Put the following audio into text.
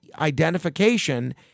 identification